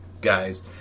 guys